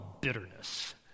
bitterness